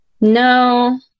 No